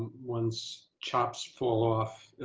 one's chops fall off, ah,